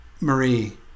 Marie